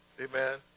Amen